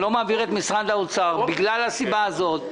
אני לא מעביר את משרד האוצר בגלל הסיבה הזאת.